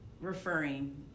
referring